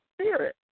spirit